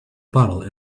bottle